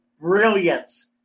brilliance